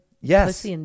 yes